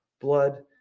Blood